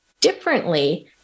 differently